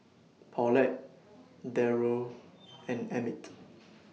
Paulette Darrel and Emmitt